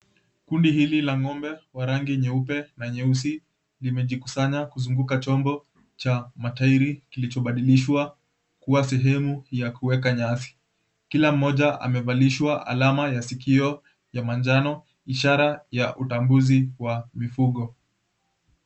Kundi hili la ng'ombe wa rangi nyeupe na nyeusi limejikusanya kuzunguka chombo cha matairi kilichobadilishwa kuwa sehemu ya kuweka nyasi. Kila mmoja amevalishwa alama ya sikio ya manjano ishara ya utambuzi wa mifugo.